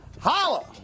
Holla